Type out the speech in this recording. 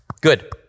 Good